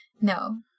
no